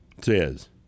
says